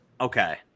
Okay